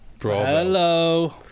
Hello